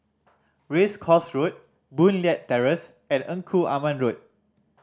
Race Course Road Boon Leat Terrace and Engku Aman Road